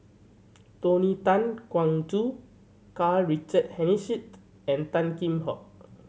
Tony Tan Keng Joo Karl Richard Hanitsch and Tan Kheam Hock